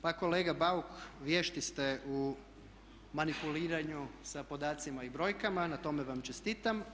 Pa kolega Bauk vješti ste u manipuliranju sa podacima i brojkama, na tome vam čestitam.